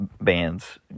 bands